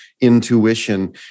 intuition